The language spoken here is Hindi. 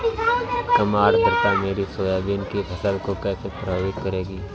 कम आर्द्रता मेरी सोयाबीन की फसल को कैसे प्रभावित करेगी?